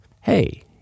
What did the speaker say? hey